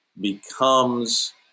becomes